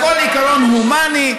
לכל עיקרון הומני,